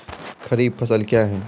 खरीफ फसल क्या हैं?